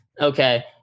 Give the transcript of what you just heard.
okay